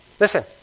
Listen